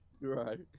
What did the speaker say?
Right